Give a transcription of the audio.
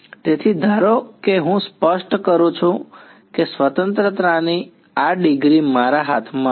તેથી ધારો કે હું સ્પષ્ટ કરું છું કે સ્વતંત્રતાની આ ડિગ્રી મારા હાથમાં હતી